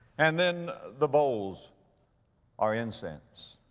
and then the bowls are incense.